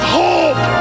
hope